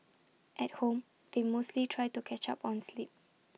at home they mostly try to catch up on sleep